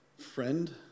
friend